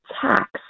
tax